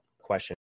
question